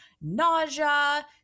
nausea